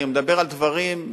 אני מדבר על דברים,